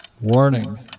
Warning